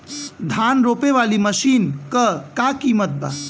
धान रोपे वाली मशीन क का कीमत बा?